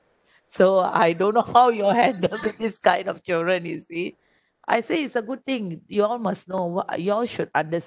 so I don't know how you all had the this kind of children you see I say it's a good thing you all must know what uh y'all should understand